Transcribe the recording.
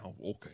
okay